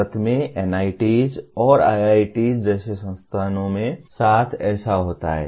भारत में NITs और IITs जैसे संस्थानों के साथ ऐसा होता है